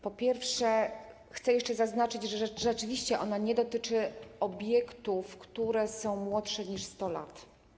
Po pierwsze, chcę jeszcze zaznaczyć, że rzeczywiście ona nie dotyczy obiektów, które są młodsze niż 100 lat.